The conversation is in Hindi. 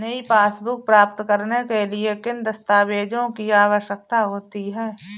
नई पासबुक प्राप्त करने के लिए किन दस्तावेज़ों की आवश्यकता होती है?